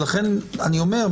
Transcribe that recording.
ולכן אני אומר,